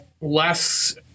less